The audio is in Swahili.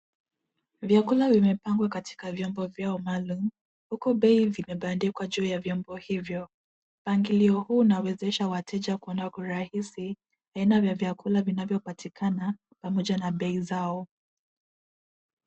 Vyakula vimepangwa katika vyombo vyao maalum huku bei vimebandikwa juu ya vyombo hivyo, mpangilio huu unawezesha wateja kuona kwa urahisi aina vya vyakula vinavyopatikana pamoja na bei zao.